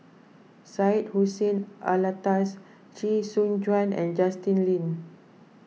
Syed Hussein Alatas Chee Soon Juan and Justin Lean